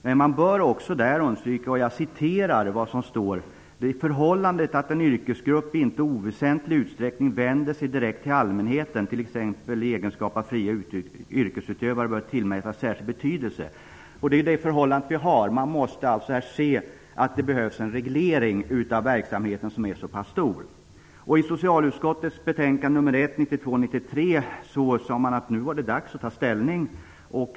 Men man bör också där understryka att ''det förhållandet att en yrkesgrupp inte i oväsentlig utsträckning vänder sig direkt till allmänheten, t.ex. i egenskap av fria yrkesutövare, bör tillmätas särskild betydelse''. Det är det förhållandet vi har. Man måste se att det behövs en reglering av en verksamhet som är så pass stor. I socialutskottets betänkande nr 1, 1992/93, sade man att det var dags att ta ställning.